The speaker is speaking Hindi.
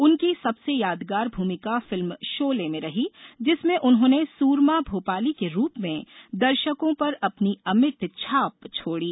उनकी सबसे यादगार भुमिका फिल्म शोले में रही जिसमें उन्होंने सूरमा भोपाली के रूप में दर्शकों पर अपनी अमिट छाप छोंडी